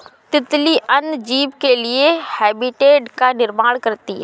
तितली अन्य जीव के लिए हैबिटेट का निर्माण करती है